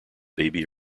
baby